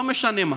לא משנה מה,